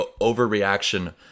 overreaction